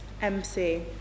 MC